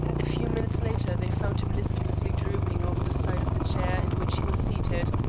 a few minutes later they found him listlessly drooping over the side of the chair in which he was seated,